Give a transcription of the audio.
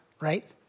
Right